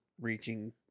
reaching